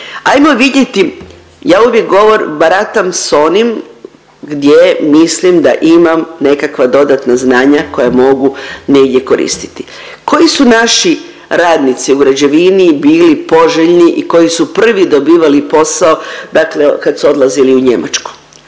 Ajmo vidjeti, ja uvijek gov… baratam s onim gdje mislim da imam nekakva dodatna znanja koja mogu negdje koristiti. Koji su naši radnici u građevini bili poželjni i koji su prvi dobivali posao, dakle kad su odlazili u Njemačku?